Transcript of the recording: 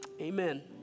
Amen